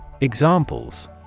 Examples